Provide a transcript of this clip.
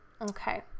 Okay